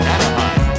Anaheim